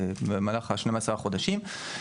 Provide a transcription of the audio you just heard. במהלך ה-12 החודשים.